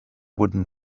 wooden